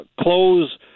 close